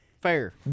fair